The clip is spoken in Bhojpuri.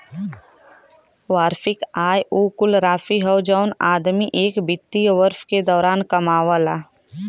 वार्षिक आय उ कुल राशि हौ जौन आदमी एक वित्तीय वर्ष के दौरान कमावला